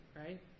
right